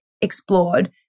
explored